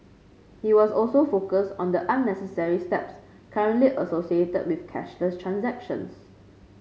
he also focused on the unnecessary steps currently associated with cashless transactions